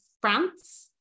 France